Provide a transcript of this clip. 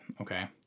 okay